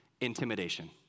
intimidation